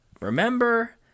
Remember